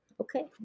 Okay